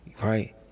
right